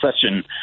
session